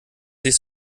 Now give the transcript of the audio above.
sich